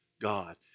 God